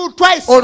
twice